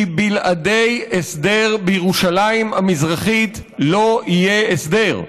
כי בלעדי הסדר בירושלים המזרחית לא יהיה הסדר.